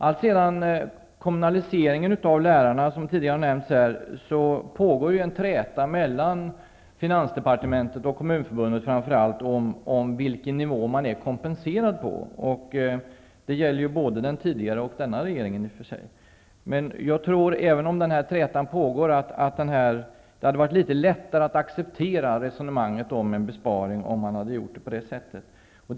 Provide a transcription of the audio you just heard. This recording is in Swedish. Alltsedan kommunaliseringen av lärarna, som tidigare nämnts, pågår en träta mellan finansdepartementet och framför allt Kommunförbundet om på vilken nivå man är kompenserad. Detta gäller i och för sig både den tidigare och den nuvarande regeringen. Även om trätan nu pågår tror jag att det hade varit litet lättare att acceptera resonemanget om en besparing om besparingen hade skett på det sätt jag har nämnt.